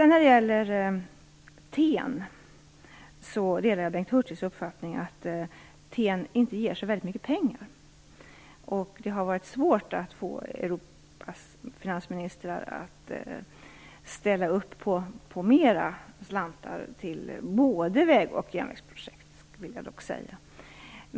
När det gäller TEN delar jag Bengt Hurtigs uppfattning att TEN inte ger så mycket pengar. Det har varit svårt att få Europas finansministrar att ställa upp på mer slantar till både väg och järnvägsprojekt, vill jag dock säga.